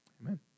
Amen